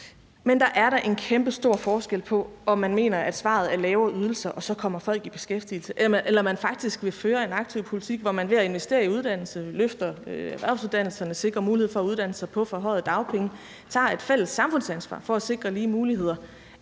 Der er da en kæmpestor forskel på, om man mener, at svaret er at give lave ydelser, og så kommer folk i beskæftigelse, eller om man faktisk vil føre en aktiv politik, hvor man ved at investere i uddannelse løfter erhvervsuddannelserne og sikrer muligheden for at uddanne sig på forhøjede dagpenge og man ved at tage et fælles samfundsansvar for at sikre lige muligheder